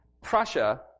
Prussia